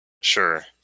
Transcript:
Sure